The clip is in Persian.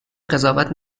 قضاوت